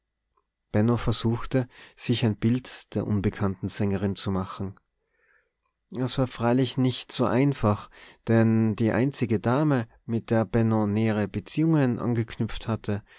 versuchte sich ein bild der unbekannten sängerin zu machen das war freilich nicht so einfach denn die einzige dame mit der benno nähere beziehungen angeknüpft hatte